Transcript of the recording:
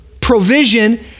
provision